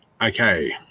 Okay